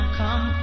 come